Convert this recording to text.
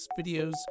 videos